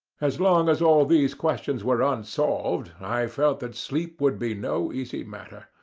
as long as all these questions were unsolved, i felt that sleep would be no easy matter,